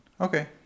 Okay